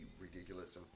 ridiculous